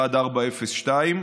1402,